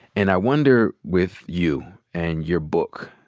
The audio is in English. and i wonder with you, and your book,